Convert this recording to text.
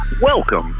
Welcome